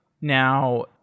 now